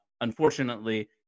unfortunately